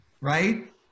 right